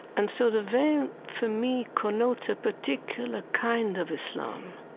and so the veil for me connotes a particular kind of islam.